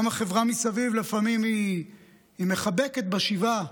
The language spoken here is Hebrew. גם החברה מסביב, לפעמים היא מחבקת בשבעה,